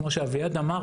כמו שנאמר,